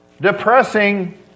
depressing